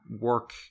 work